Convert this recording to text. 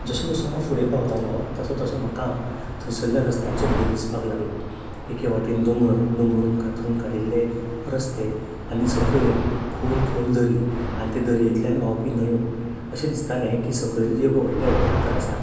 जसो जसो हांव फुडें पावतालों तसो तसो म्हाका थंयसरल्या रस्त्यांचो भंय दिसपा लागलो एके वाटेन दोंगोर दोंगर कातरून काडिल्ले रस्ते आनी सकयल मेरेन खोल खोल दरी आनी त्या दरयेंतल्यान व्हांवपी न्हंयों अशें दिसतालें की सकयल जे पळय व्हडले व्हडले फातर आसात